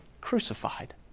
crucified